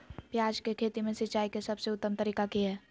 प्याज के खेती में सिंचाई के सबसे उत्तम तरीका की है?